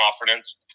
confidence